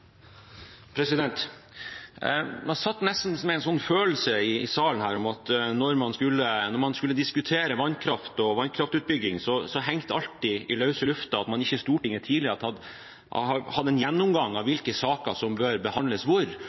når man skal diskutere vannkraft og vannkraftutbygging, henger alt i løse luften, og at Stortinget tidligere ikke har hatt en gjennomgang av hvilke saker som bør behandles hvor,